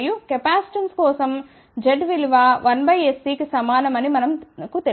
మరియు కెపాసిటెన్స్ కోసం Z విలువ 1sC కి సమానం అని మనకు తెలుసు